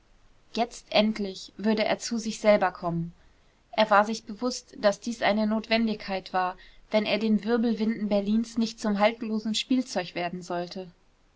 jetzt endlich würde er zu sich selber kommen er war sich bewußt daß dies eine notwendigkeit war wenn er den wirbelwinden berlins nicht zum haltlosen spielzeug werden sollte